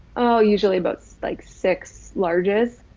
oh, usually about so like six largest.